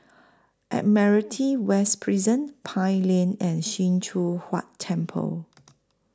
Admiralty West Prison Pine Lane and SIM Choon Huat Temple